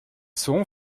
seront